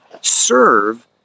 serve